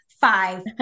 five